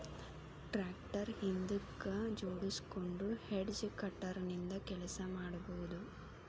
tractor ಹಿಂದಕ್ ಜೋಡ್ಸ್ಕೊಂಡು hedge cutter ನಿಂದ ಕೆಲಸ ಮಾಡ್ಬಹುದು